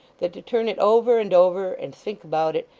that to turn it over and over, and think about it,